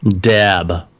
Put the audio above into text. dab